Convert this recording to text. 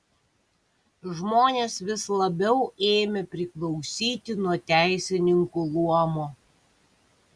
žmonės vis labiau ėmė priklausyti nuo teisininkų luomo